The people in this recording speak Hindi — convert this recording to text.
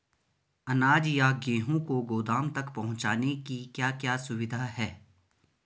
अनाज या गेहूँ को गोदाम तक पहुंचाने की क्या क्या सुविधा है?